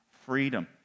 freedom